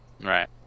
Right